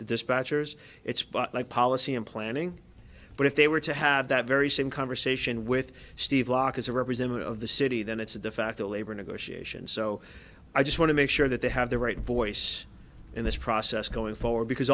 the dispatchers it's but like policy in planning but if they were to have that very same conversation with steve locke as a representative of the city then it's a defacto labor negotiations so i just want to make sure that they have the right voice in this process going forward because